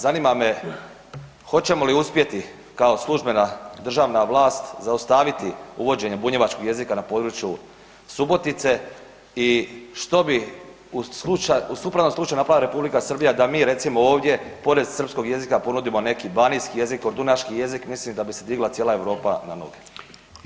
Zanima me hoćemo li uspjeti kao službena državna vlast zaustaviti uvođenje bunjevačkog jezika na području Subotice i što bi u suprotnom slučaju napravila R. Srbija da mi recimo ovdje, pored srpskog jezika, ponudimo neki banijski jezik, kordunaški jezik, mislim da bi se digla cijela Europa na noge.